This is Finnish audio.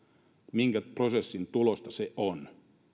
minkä prosessin tulosta se on